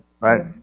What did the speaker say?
Right